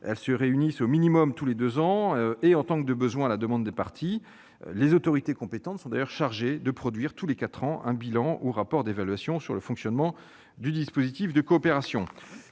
Elles se réunissent au minimum tous les deux ans et, en tant que de besoin, à la demande des parties. Les autorités compétentes sont chargées de produire tous les quatre ans un bilan ou rapport d'évaluation sur le fonctionnement du dispositif de coopération.